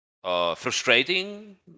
Frustrating